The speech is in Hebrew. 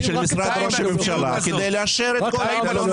רק ----- של משרד ראש הממשלה כדי לאשר את כל זה.